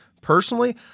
personally